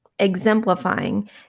exemplifying